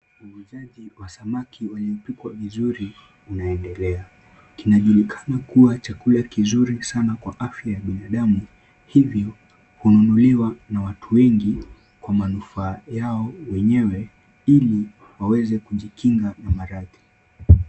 Uuzaji wa samaki waliopikwa vizuri unaendelea. Kinajulikana kuwa chakula kizuri sana kwa afya ya binadamu hivyo hununuliwa na watu wengi kwa manufaa yao wenyewe ili waweze kujikinga na maradhi.